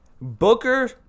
Booker